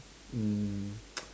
um